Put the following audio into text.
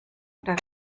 oder